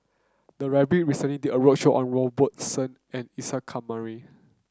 the library recently did a roadshow on Robert Soon and Isa Kamari